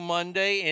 Monday